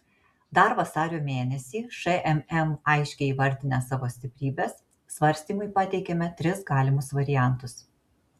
dar vasario mėnesį šmm aiškiai įvardinę savo stiprybes svarstymui pateikėme tris galimus variantus